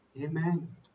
Amen